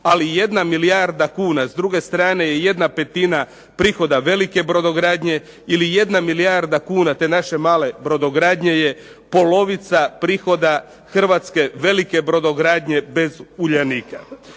ali jedna milijarda kuna s druge strane je 1/5 prihoda velike brodogradnje ili 1 milijarda kuna te naše male brodogradnje polovica prihoda Hrvatske velike brodogradnje bez Uljanika.